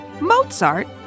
Mozart